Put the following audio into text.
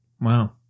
Wow